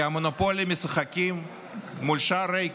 שהמונופולים משחקים מול שער ריק.